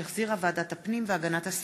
שהחזירה ועדת הפנים והגנת הסביבה,